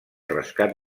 rescat